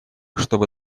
чтобы